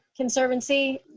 Conservancy